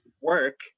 work